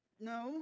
No